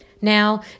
Now